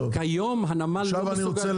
כיום הנמל לא מסוגל לתת את זה.